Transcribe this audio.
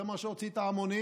זה מה שהוציא את ההמונים,